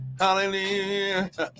Hallelujah